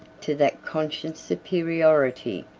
to that conscious superiority,